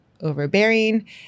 overbearing